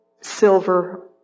silver